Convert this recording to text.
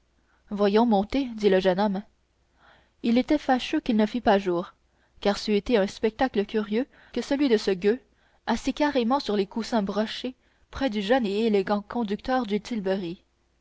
voyons montez dit le jeune homme il était fâcheux qu'il ne fît pas jour car ç'eût été un spectacle curieux que celui de ce gueux assis carrément sur les coussins brochés près du jeune et élégant conducteur du tilbury